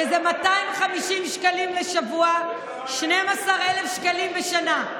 שזה 250 שקלים לשבוע, 12,000 שקלים בשנה?